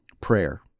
Prayer